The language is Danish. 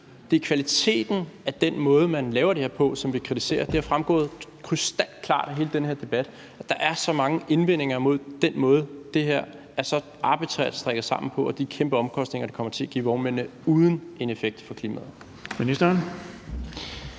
Det er kvaliteten i den måde, man laver det her på, som vi kritiserer. Det har fremgået krystalklart af hele den her debat, at der er så mange indvendinger imod den måde, det her er så arbitrært strikket sammen på, og de kæmpe omkostninger, det kommer til at få for vognmændene, men uden en effekt for klimaet.